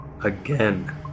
Again